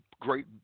great